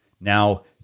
Now